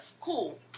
Cool